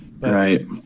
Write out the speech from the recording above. Right